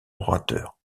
orateur